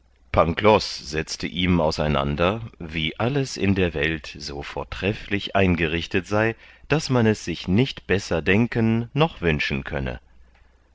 setzte ihm auseinander wie alles in der welt so vortrefflich eingerichtet sei daß man es sich nicht besser denken noch wünschen könne